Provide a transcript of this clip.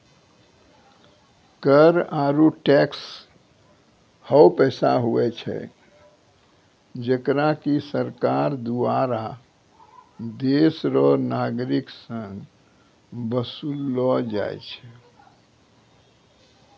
कर आरू टैक्स हौ पैसा हुवै छै जेकरा की सरकार दुआरा देस रो नागरिक सं बसूल लो जाय छै